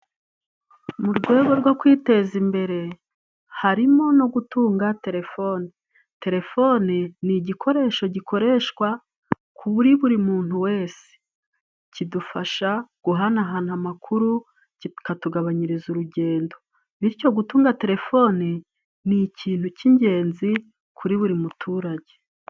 Mu rwego rwo kwiteza imbere, harimo no gutunga telefoni. Telefone ni igikoresho gikoreshwa kuri buri muntu wese. Kidufasha guhanahana amakuru kikatugabanyiriza urugendo. Bityo gutunga telefoni ni ikintu cy'ingenzi kuri buri muturage.